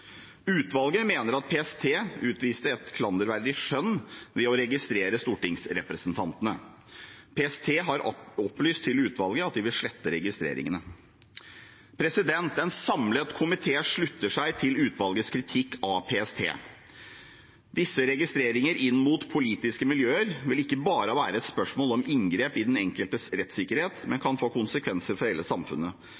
Utvalget mener at PST utviste et klanderverdig skjønn ved å registrere stortingsrepresentantene. PST har opplyst til utvalget at de vil slette registreringene. En samlet komité slutter seg til utvalgets kritikk av PST. Disse registreringer inn mot politiske miljøer vil ikke bare være et spørsmål om inngrep i den enkeltes rettsikkerhet, men